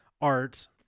art